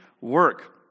work